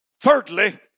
Thirdly